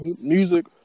music